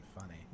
funny